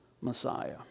Messiah